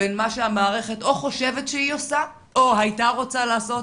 בין מה שהמערכת חושבת שהיא עושה או הייתה רוצה לעשות